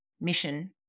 mission